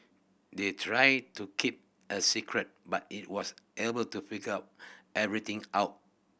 they tried to keep a secret but he was able to figure everything out